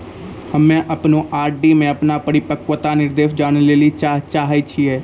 हम्मे अपनो आर.डी मे अपनो परिपक्वता निर्देश जानै ले चाहै छियै